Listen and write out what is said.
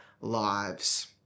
lives